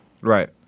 Right